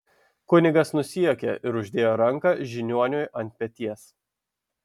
kunigas nusijuokė ir uždėjo ranką žiniuoniui ant peties